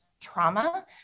trauma